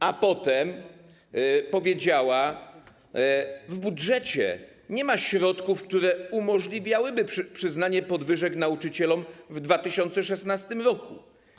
A potem powiedziała: w budżecie nie ma środków, które umożliwiałyby przyznanie podwyżek nauczycielom w 2016 r.